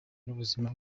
n’ubuzima